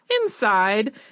inside